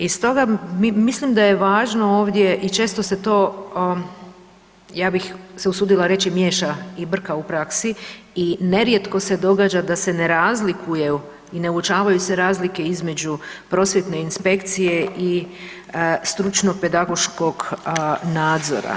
I stoga mislim da je važno ovdje i često se to ja bih se usudila reći miješa i brka u praksi i nerijetko se događa da se ne razlikuju i ne uočavaju se razlike između prosvjetne inspekcije i stručno pedagoškog nadzora.